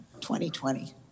2020